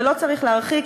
ולא צריך להרחיק,